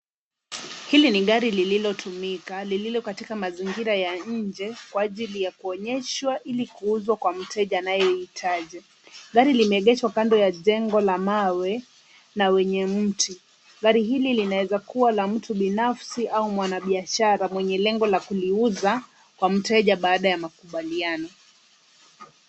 Hili ni gari lililotumika lililo katika mazingira ya nje kwa ajili ya kuonyesha ili kuuzwa kwa mteja anayehitaji. Gari limeegeshwa kando ya jengo la mawe na wenye mti. Gari hili linaweza kuwa la mtu binafsi au mwanabiashara mwenye lengo la kuliuza kwa mteja baada ya makubaliano.